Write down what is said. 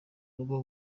rugo